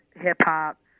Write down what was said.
hip-hop